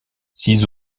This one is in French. six